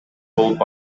болуп